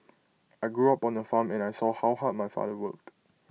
I grew up on A farm and I saw how hard my father worked